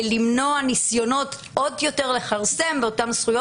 למנוע ניסיונות לכרסם עוד יותר באותן זכויות,